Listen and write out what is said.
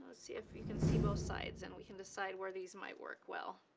see if you can see both sides and we can decide where these might work well.